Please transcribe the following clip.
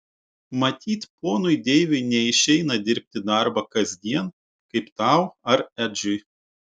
matyt ponui deiviui neišeina dirbti darbą kasdien kaip tau ar edžiui